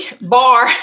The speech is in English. bar